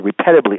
repetitively